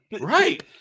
Right